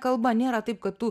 kalba nėra taip kad